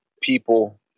people